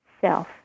self